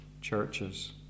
churches